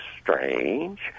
strange